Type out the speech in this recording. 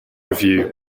review